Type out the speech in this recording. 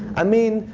i mean,